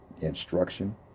instruction